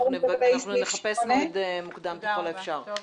ואנחנו נחפש מועד מוקדם ככל האפשר.